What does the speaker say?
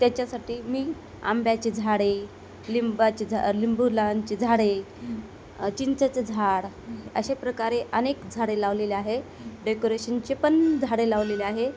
त्याच्यासाठी मी आंब्याचे झाडे लिंबाचे झा लिंबुलांचे झाडे चिंचचं झाड अशा प्रकारे अनेक झाडे लावलेले आहे डेकोरेशनचे पण झाडे लावलेले आहे